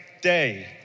day